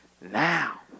now